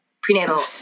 prenatal